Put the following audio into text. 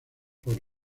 por